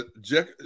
Jack